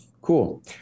Cool